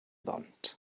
bont